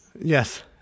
Yes